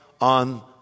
on